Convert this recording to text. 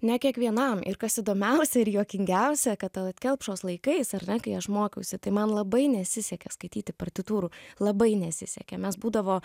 ne kiekvienam ir kas įdomiausia ir juokingiausia kad tallat kelpšos laikais ar ne kai aš mokiausi tai man labai nesisekė skaityti partitūrų labai nesisekė mes būdavo